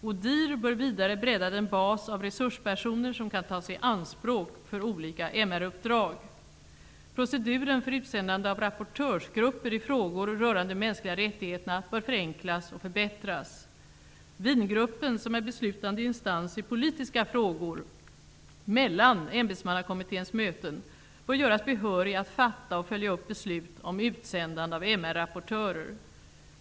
ODIHR bör vidare bredda den bas av resurspersoner som kan tas i anspråk för olika MR uppdrag. Proceduren för utsändande av rapportörsgrupper i frågor rörande de mänskliga rättigheterna bör förenklas och förbättras. Wiengruppen, som är beslutande instans i politiska frågor mellan ämbetsmannakommittens möten, bör göras behörig att fatta och följa upp beslut om utsändande av MR-rapportörer.